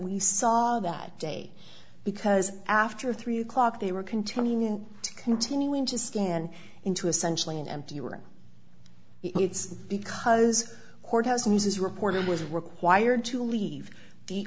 we saw that day because after three o'clock they were continuing and continuing to stand into essentially an empty were it's because courthouse muse's reporter was required to leave the